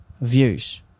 views